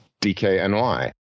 DKNY